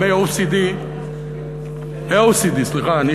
AOCD, סליחה.